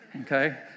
okay